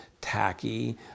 tacky